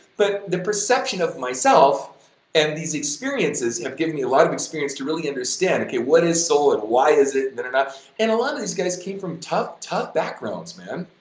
but the perception of myself and these experiences have given me a lot of experience to really understand, okay, what is soul and why is it, and and a lot of these guys came from tough tough backgrounds man,